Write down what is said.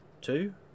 two